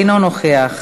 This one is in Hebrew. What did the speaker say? אינו נוכח,